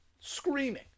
Screaming